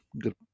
good